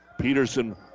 Peterson